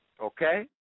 okay